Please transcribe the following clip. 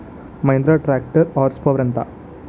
Mahindra tractor horse power ఎంత?